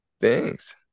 Thanks